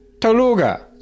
Toluga